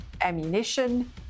ammunition